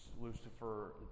Lucifer